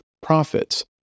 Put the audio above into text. profits